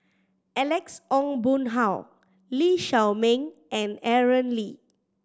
Alex Ong Boon Hau Lee Shao Meng and Aaron Lee